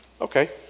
Okay